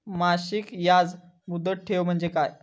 मासिक याज मुदत ठेव म्हणजे काय?